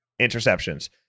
interceptions